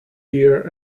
here